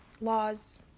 Laws